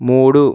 మూడు